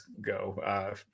go